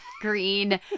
green